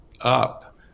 up